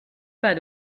pas